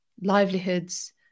livelihoods